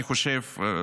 אני חושב,